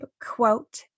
quote